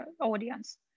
audience